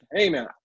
Amen